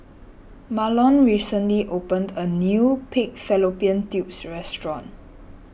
Mahlon recently opened a new Pig Fallopian Tubes restaurant